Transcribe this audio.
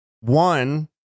one